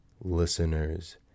listeners